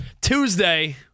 Tuesday